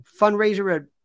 fundraiser